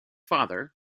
father